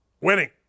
winning